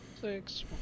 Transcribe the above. six